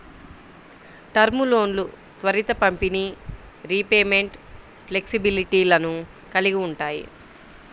term లోన్లు త్వరిత పంపిణీ, రీపేమెంట్ ఫ్లెక్సిబిలిటీలను కలిగి ఉంటాయి